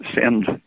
send